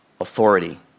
authority